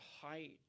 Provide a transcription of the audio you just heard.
height